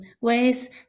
ways